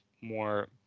more